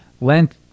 length